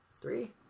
Three